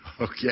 okay